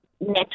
net